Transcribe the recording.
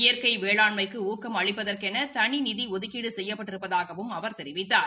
இயற்கை வேளாண்மைக்கு ஊக்கம் அளிப்பதற்கெள் தனி நிதி ஒதுக்கீடு செய்யப்பட்டிருப்பதாகவும் அவர் தெரிவித்தார்